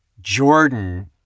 Jordan